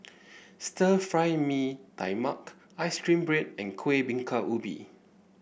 Stir Fried Mee Tai Mak ice cream bread and Kuih Bingka Ubi